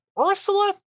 Ursula